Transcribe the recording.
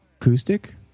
acoustic